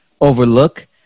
overlook